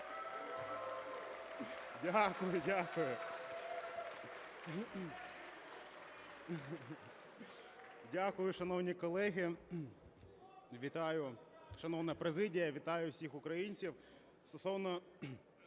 Дякую. Дякую, шановні колеги. Вітаю, шановна президія, вітаю усіх українців!